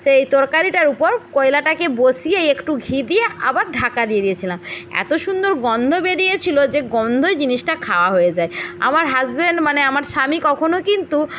সেই তরকারিটার উপর কয়লাটাকে বসিয়ে একটু ঘি দিয়ে আবার ঢাকা দিয়ে দিয়েছিলাম এত সুন্দর গন্ধ বেরিয়েছিল যে গন্ধয় জিনিসটা খাওয়া হয়ে যায় আমার হ্যাসবেন্ড মানে আমার স্বামী কখনো কিন্তু